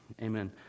amen